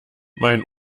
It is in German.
mein